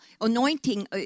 anointing